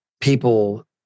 people